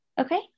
Okay